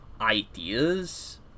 ideas